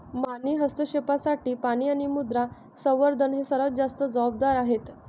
मानवी हस्तक्षेपासाठी पाणी आणि मृदा संवर्धन हे सर्वात जास्त जबाबदार आहेत